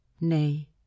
Nay